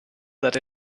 that